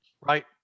right